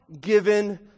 given